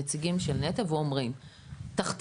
נציגים של נת"ע ואומרים 'תחתמו',